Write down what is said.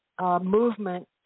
movement